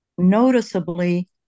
noticeably